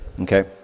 okay